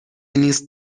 نیست